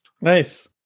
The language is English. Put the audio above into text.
Nice